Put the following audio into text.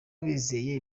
bizeye